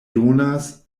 donas